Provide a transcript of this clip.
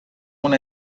una